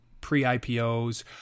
pre-IPOs